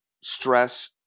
Stress